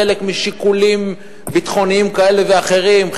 חלק משיקולים ביטחוניים כאלה ואחרים,